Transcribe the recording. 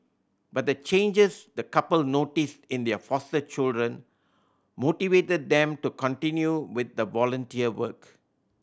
but the changes the couple noticed in their foster children motivated them to continue with the volunteer work